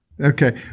Okay